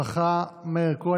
תודה רבה לשר הרווחה מאיר כהן.